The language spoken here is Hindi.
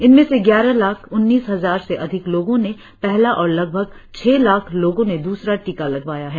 इनमें से ग्यारह लाख उन्नीस हजार से अधिक लोगों ने पहला और लगभग छह लाख लोगों ने द्रसरा टीका लगवाया है